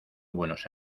buenos